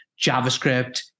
JavaScript